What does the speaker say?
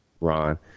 Ron